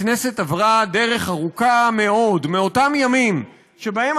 הכנסת עברה דרך ארוכה מאוד מאותם ימים שבהם,